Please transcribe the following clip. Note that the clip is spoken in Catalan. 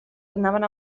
anaven